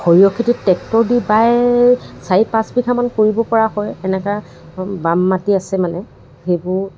সৰিয়হ খেতিত ট্ৰেক্টৰ দি বাই চাৰি পাঁচ বিঘামান কৰিব পৰা হয় এনেকুৱা বাম মাটি আছে মানে সেইবোৰ